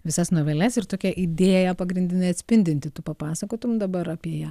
visas noveles ir tokia idėja pagrindinė atspindinti tu papasakotum dabar apie ją